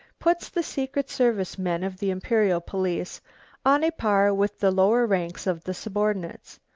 puts the secret service men of the imperial police on a par with the lower ranks of the subordinates.